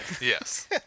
Yes